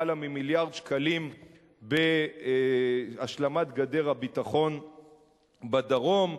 ממיליארד שקלים בהשלמת גדר הביטחון בדרום,